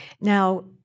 Now